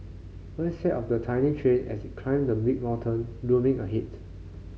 mindset of the tiny train as it climbed the big mountain looming ahead